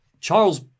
Charles